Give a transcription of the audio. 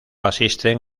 asisten